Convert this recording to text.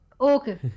okay